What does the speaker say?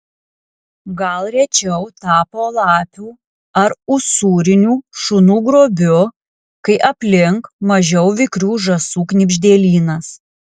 gal rečiau tapo lapių ar usūrinių šunų grobiu kai aplink mažiau vikrių žąsų knibždėlynas